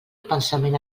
pensament